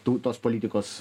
tų tos politikos